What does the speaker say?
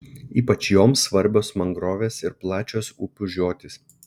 ypač joms svarbios mangrovės ir plačios upių žiotys